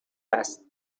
است